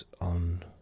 on